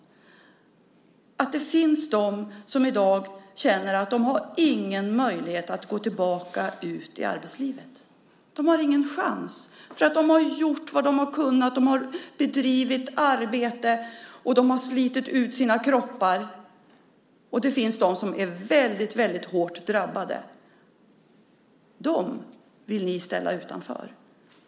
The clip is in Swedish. Det finns de som i dag känner att de inte har någon möjlighet att gå tillbaka ut i arbetslivet. De har ingen chans. De har gjort vad de har kunnat. De har arbetat och slitit ut sina kroppar. Och det finns de som är väldigt hårt drabbade. Ni vill ställa dem utanför.